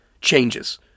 changes